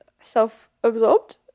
self-absorbed